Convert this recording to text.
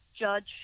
judge